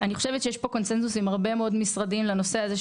אני חושבת שיש פה קונצנזוס בין הרבה מאוד משרדים על הנושא הזה,